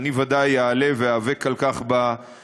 אני ודאי אעלה ואיאבק על כך בממשלה,